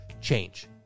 change